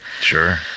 Sure